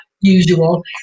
usual